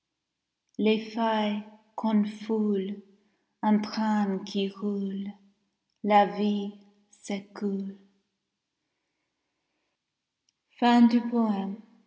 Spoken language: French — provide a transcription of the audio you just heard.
qu'on foule un train qui roule la vie